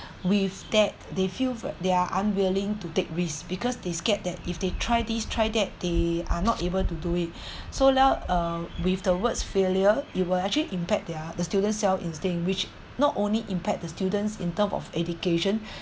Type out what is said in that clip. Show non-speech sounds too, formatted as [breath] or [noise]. with that they feel they are unwilling to take risks because they scared that if they try this try that they are not able to do it so now uh with the words failure it will actually impact their the students self instinct which not only impact the students in terms of education [breath]